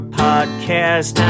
podcast